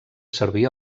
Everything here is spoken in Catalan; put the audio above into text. servir